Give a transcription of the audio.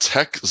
Tech